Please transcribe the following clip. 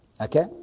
Okay